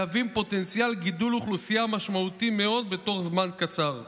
מהווים פוטנציאל גידול אוכלוסייה משמעותי מאוד בתוך זמן קצר.